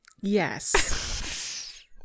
Yes